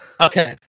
Okay